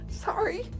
Sorry